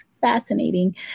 fascinating